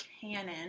Canon